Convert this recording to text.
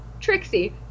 Trixie